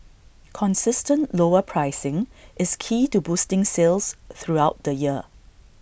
consistent lower pricing is key to boosting sales throughout the year